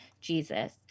Jesus